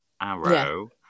Arrow